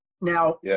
Now